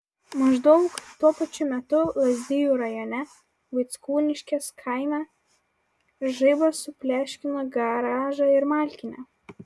maždaug tuo pačiu metu lazdijų rajone vaickūniškės kaime žaibas supleškino garažą ir malkinę